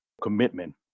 commitment